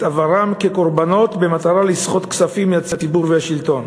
עברם כקורבנות במטרה לסחוט כספים מהציבור והשלטון.